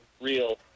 real